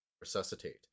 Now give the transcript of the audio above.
resuscitate